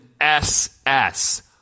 SS